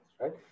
Right